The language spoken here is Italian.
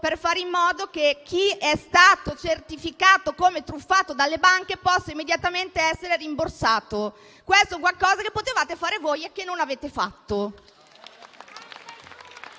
per fare in modo che chi è stato certificato come truffato dalle banche possa immediatamente essere rimborsato. Questo è un qualcosa che potevate fare voi e che non avete fatto.